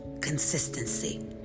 consistency